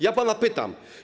Ja pana pytam.